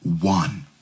One